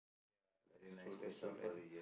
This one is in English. ya that's true that's true nice